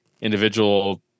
individual